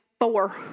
four